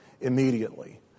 immediately